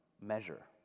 measure